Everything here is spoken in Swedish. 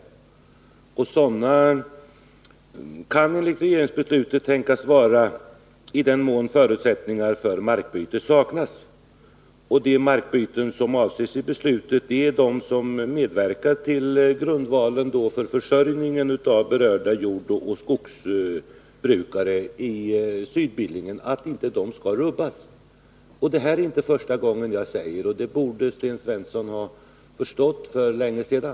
Sådana skäl kan enligt regeringsbeslutet vara att förutsättningar för markbyte saknas. De markbyten som avses i beslutet är sådana som medverkar till att grundvalen för försörjningen för berörda jordoch skogsbrukare på Sydbillingen inte rubbas. Det är inte första gången jag säger detta. Sten Svensson borde ha förstått det för länge sedan.